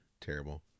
Terrible